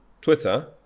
Twitter